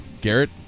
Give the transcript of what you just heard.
Garrett